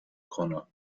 konu